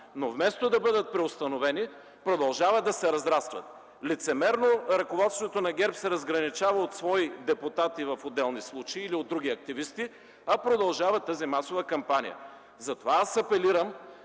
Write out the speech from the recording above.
но вместо да бъдат преустановени, продължават да се разрастват. Лицемерно ръководството на ГЕРБ се разграничава от свои депутати в отделни случаи или от други активисти, а продължава тази масова кампания. Затова апелирам